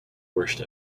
worst